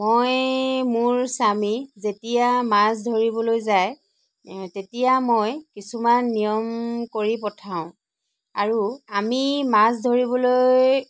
মই মোৰ স্বামী যেতিয়া মাছ ধৰিবলৈ যায় তেতিয়া মই কিছুমান নিয়ম কৰি পঠাওঁ আৰু আমি মাছ ধৰিবলৈ